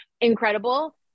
Incredible